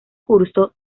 curso